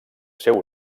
seu